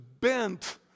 bent